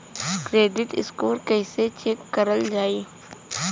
Credit score कइसे check करल जायी?